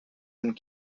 and